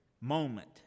moment